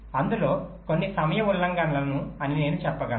అందులో కొన్ని సమయ ఉల్లంఘనలను అని నేను చెప్పగలను